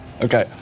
Okay